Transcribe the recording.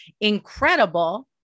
incredible